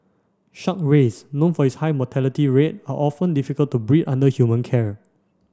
shark rays known for its high mortality rate are often difficult to breed under human care